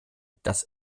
das